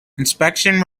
inspection